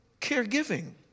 caregiving